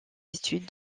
études